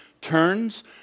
turns